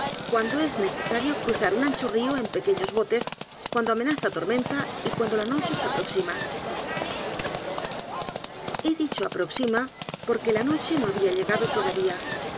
cuando es necesario cruzar un ancho río en pequeños botes cuando amenaza tormenta y cuando la noche se aproxima he dicho aproxima porque la noche no había llegado todavía